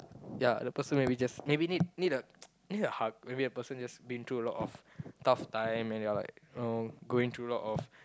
ya the person maybe just maybe need need a need a hug maybe the person just been through a lot of tough time and they're like you know going through a lot of